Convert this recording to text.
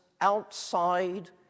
outside